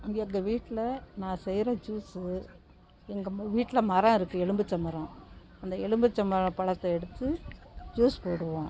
அங்கே எங்கள் வீட்டில் நான் செய்கிற ஜூஸு எங்கள் வீட்டில் மரம் இருக்குது எலும்மிச்ச மரம் அந்த எலும்மிச்ச பழத்தை எடுத்து ஜூஸ் போடுவோம்